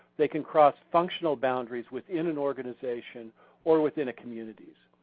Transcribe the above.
they can cross-functional boundaries within an organization or within communities.